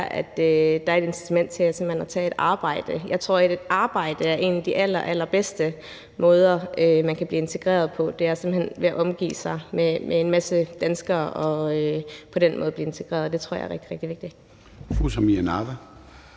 at der er et incitament til at tage et arbejde. Jeg tror, at et arbejde er en af de allerallerbedste måder at blive integreret på – det er simpelt hen ved at omgås en masse danskere og på den måde blive integreret. Det tror jeg er rigtig, rigtig vigtigt.